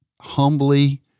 humbly